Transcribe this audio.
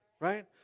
right